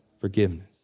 forgiveness